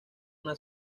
una